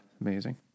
Amazing